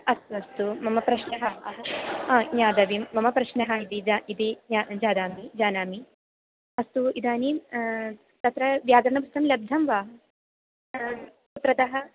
अस्तु अस्तु मम प्रश्नः ज्ञातव्यं मम प्रश्नः इति जा इति ज्ञा जानामि जानामि अस्तु इदानीं तत्र व्याकरणपुस्तकं लब्धं वा कुत्रतः